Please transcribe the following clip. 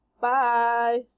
Bye